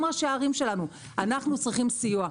גם ראשי ערים שלנו אנחנו צריכים סיוע.